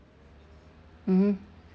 mmhmm